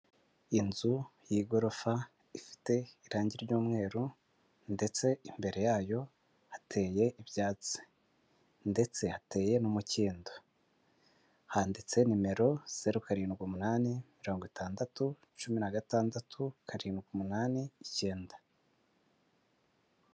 Inzu y'igorofa, ifite irangi ry'umweru ndetse imbere yayo hateye ibyatsi ndetse hateye n'umukindo, handitse nimero zeru karindwi umunani, mirongo itandatu, cumi na gatandatu, karindwi umunani, icyenda.